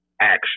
action